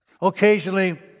Occasionally